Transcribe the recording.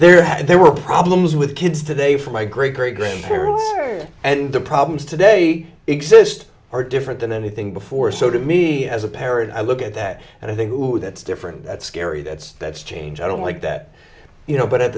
had there were problems with kids today from my great great grandparents and the problems today exist or different than anything before so to me as a parent i look at that and i think who that's different that's scary that's that's change i don't like that you know but at